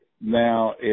now